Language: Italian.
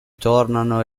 tornano